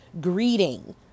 greeting